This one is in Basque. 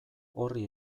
horri